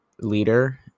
leader